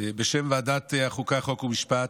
בשם ועדת החוקה, חוק ומשפט,